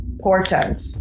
portent